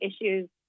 issues